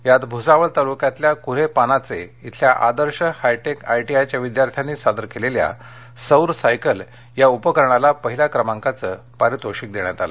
यात भूसावळ तालुक्यातल्या कुन्हे पानाचे इथल्या आदर्श हाय कि आयपीआयच्या विद्यार्थ्यांनी सादर केलेल्या सौर सायकल या उपकरणाला पहिल्या क्रमांकाचं पारितोषिक देण्यात आलं